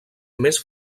més